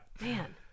man